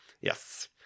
yes